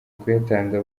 kuyatanga